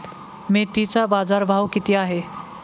मेथीचा बाजारभाव किती आहे?